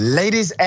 ladies